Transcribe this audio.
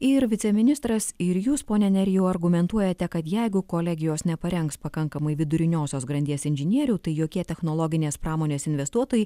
ir viceministras ir jūs pone nerijau argumentuojate kad jeigu kolegijos neparengs pakankamai viduriniosios grandies inžinierių tai jokie technologinės pramonės investuotojai